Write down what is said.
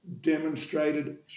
demonstrated